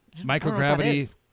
microgravity